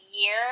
year